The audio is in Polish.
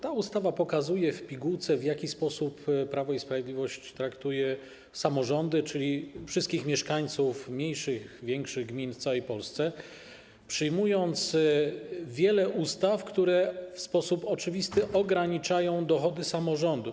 Ta ustawa pokazuje w pigułce, w jaki sposób Prawo i Sprawiedliwość traktuje samorządy, czyli wszystkich mieszkańców mniejszych i większych gmin w całej Polsce, przyjmując wiele ustaw, które w sposób oczywisty ograniczają dochody samorządów.